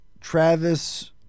Travis